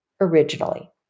originally